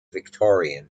victorian